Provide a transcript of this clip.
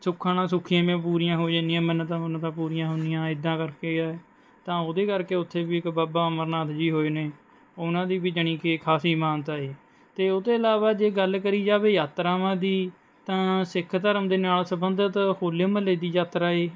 ਸੁੱਖਨਾ ਸੁੱਖੀਆ ਵੀਆਂ ਪੂਰੀਆਂ ਹੋ ਜਾਂਦੀਆਂ ਮੰਨਤਾਂ ਮੁੰਨਤਾਂ ਪੂਰੀਆਂ ਹੁੰਦੀਆਂ ਇਦਾਂ ਕਰਕੇ ਹੈ ਤਾਂ ਉਹਦੇ ਕਰਕੇ ਉਥੇ ਵੀ ਇੱਕ ਬਾਬਾ ਅਮਰਨਾਥ ਜੀ ਹੋਏ ਨੇ ਉਹਨਾਂ ਦੀ ਵੀ ਜਾਣੀ ਕਿ ਖਾਸੀ ਮਾਨਤਾ ਏ ਅਤੇ ਉਹ ਤੋਂ ਇਲਾਵਾ ਜੇ ਗੱਲ ਕਰੀ ਜਾਵੇ ਯਾਤਰਾਵਾਂ ਦੀ ਤਾਂ ਸਿੱਖ ਧਰਮ ਦੇ ਨਾਲ ਸੰਬੰਧਿਤ ਹੋਲੇ ਮਹੱਲੇ ਦੀ ਯਾਤਰਾ ਏ